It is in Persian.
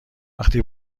وقتی